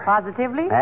Positively